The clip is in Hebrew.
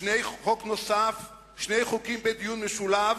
שני חוקים בדיון משולב